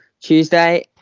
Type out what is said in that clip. Tuesday